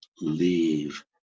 leave